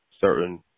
certain